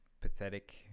pathetic